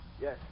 Yes